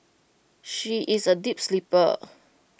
she is A deep sleeper